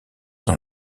dans